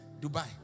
Dubai